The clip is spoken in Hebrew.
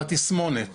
הוא התסמונת הקשה.